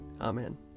Amen